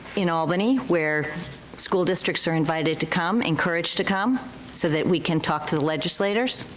in albany where school districts are invited to come, encouraged to come so that we can talk to the legislators.